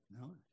No